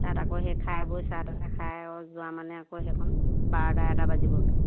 তাত আকৌ সেই খাই বই চাহ তাহ খাই যোৱা মানে আকৌ সেইখন বাৰটা এটা বাজিব